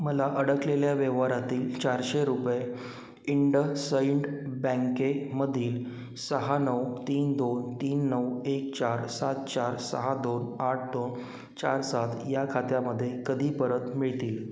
मला अडकलेल्या व्यवहारातील चारशे रुपये इंडसइंड बँकेमधील सहा नऊ तीन दोन तीन नऊ एक चार सात चार सहा दोन आठ दोन चार सात या खात्यामध्ये कधी परत मिळतील